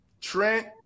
Trent